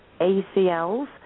ACLs